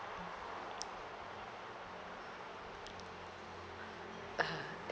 ah